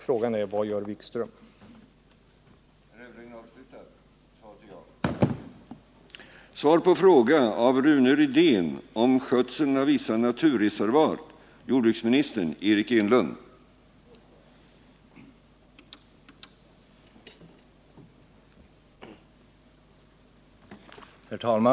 Frågan är: Vad gör statsrådet Wikström?